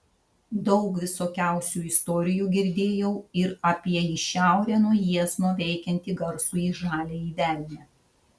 daug visokiausių istorijų girdėjau ir apie į šiaurę nuo jiezno veikiantį garsųjį žaliąjį velnią